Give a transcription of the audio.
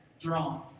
drawn